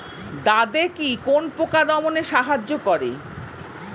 দাদেকি কোন পোকা দমনে সাহায্য করে?